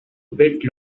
bit